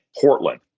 Portland